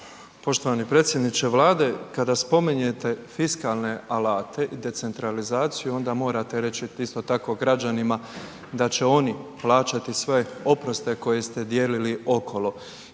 Poštovani predsjedniče Vlade kada spominjete fiskalne alate i decentralizaciju onda morate reći isto tako građanima da će oni plaćati sve oproste koje ste dijelili okolo